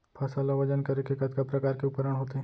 फसल ला वजन करे के कतका प्रकार के उपकरण होथे?